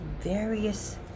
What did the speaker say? various